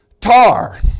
tar